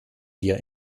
wir